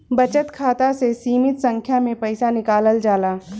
बचत खाता से सीमित संख्या में पईसा निकालल जाला